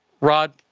Rod